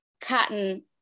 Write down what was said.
cotton